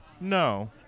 no